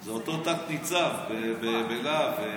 זה אותו תת-ניצב בלהב.